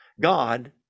God